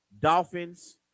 Dolphins